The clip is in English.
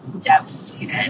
devastated